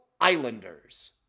Islanders